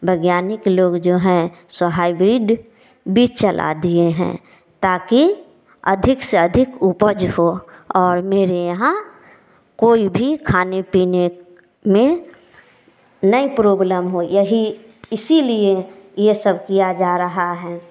वैज्ञानिक लोग जो है सो हाइब्रिड भी चला दिए हैं ताकि अधिक से अधिक उपज हो और मेरे यहाँ कोई भी खाने पीने में नहीं प्रॉब्लम हो यही इसलिए यह सब किया जा रहा है